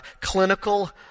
clinical